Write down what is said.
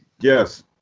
Yes